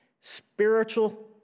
Spiritual